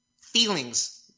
Feelings